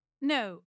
no